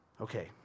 Okay